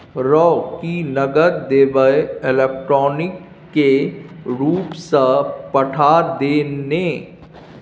रौ की नगद देबेय इलेक्ट्रॉनिके रूपसँ पठा दे ने